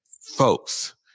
folks